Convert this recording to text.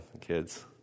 kids